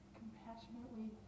compassionately